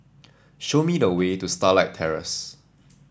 show me the way to Starlight Terrace